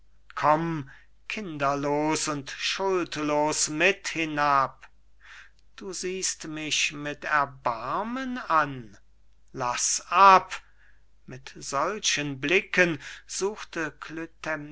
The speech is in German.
komm kinderlos und schuldlos mit hinab du siehst mich mit erbarmen an laß ab mit solchen blicken suchte